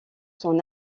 son